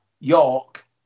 York